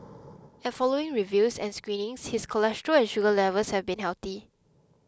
at following reviews and screenings his cholesterol and sugar levels have been healthy